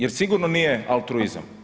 Jer sigurno nije altruizam.